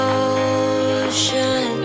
ocean